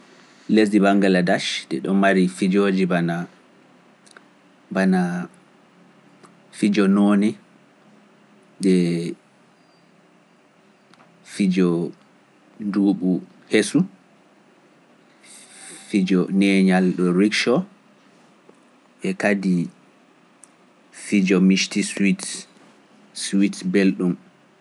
Lesdi Bangladesh nde ɗo mari fijoji bana fijo nooni, fijo nduuɓu hesu, fijo neñal rikso, e kadi fijo miijti suwits belɗum.